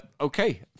okay